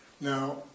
Now